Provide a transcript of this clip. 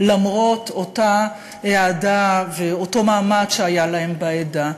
למרות אותה אהדה ואותו מעמד שהיו להם בעדה.